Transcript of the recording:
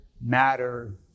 matter